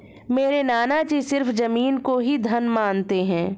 मेरे नाना जी सिर्फ जमीन को ही धन मानते हैं